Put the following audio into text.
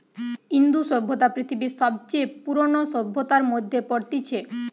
ইন্দু সভ্যতা পৃথিবীর সবচে পুরোনো সভ্যতার মধ্যে পড়তিছে